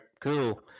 cool